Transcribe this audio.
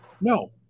No